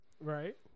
Right